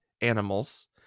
animals